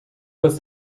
was